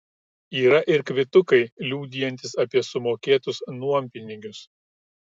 yra ir kvitukai liudijantys apie sumokėtus nuompinigius